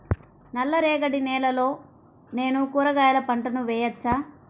నల్ల రేగడి నేలలో నేను కూరగాయల పంటను వేయచ్చా?